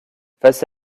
face